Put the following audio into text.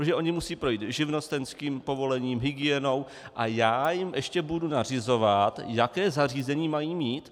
Protože oni musí projít živnostenským povolením, hygienou a já jim ještě budu nařizovat, jaké zařízení mají mít?